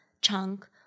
chunk